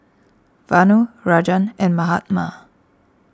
Vanu Rajan and Mahatma